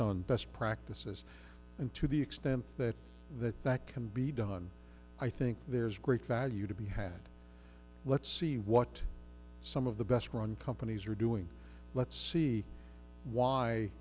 done best practices and to the extent that that that can be done i think there's great value to be had let's see what some of the best run companies are doing let's see why